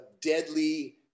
deadly